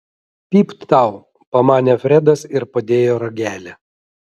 pypt tau pamanė fredas ir padėjo ragelį